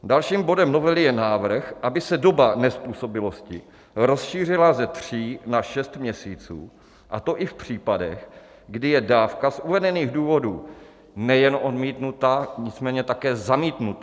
Dalším bodem novely je návrh, aby se doba nezpůsobilosti rozšířila ze tří na šest měsíců, a to i v případech, kdy je dávka z uvedených důvodů nejen odmítnuta, nicméně také zamítnuta.